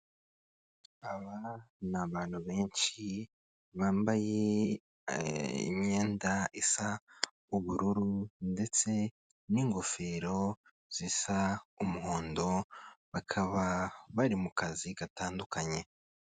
Aba ni abantu benshi bambaye imyenda isa ubururu ndetse n'ingofero zisa umuhondo bakaba bari mu kazi gatandukanye.